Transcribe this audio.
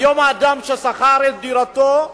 היום האדם שכר את דירתו,